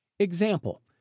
Example